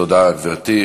תודה, גברתי.